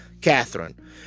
Catherine